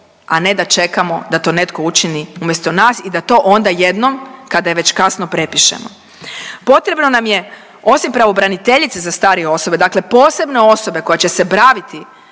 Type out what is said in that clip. a ne da čekamo da to netko učini umjesto nas i da to onda jednom kada je već kasno prepišemo. Potrebno nam je osim pravobraniteljice za starije osobe, dakle posebne osobe koje će se baviti